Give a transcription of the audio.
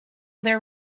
there